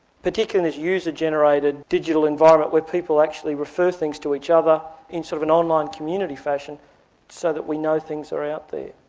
user-generated digital environment where people actually refer things to each other in sort of an online community fashion so that we know things are out there.